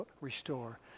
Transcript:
restore